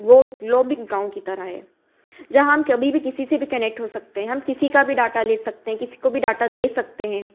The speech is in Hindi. वह लोग भी गाँव की तरह है जहाँ हम कभी भी किसी से भी कनेक्ट हो सकते हैं हम किसी का भी डाटा ले सकते हैं किसी को भी डाटा दे सकते हैं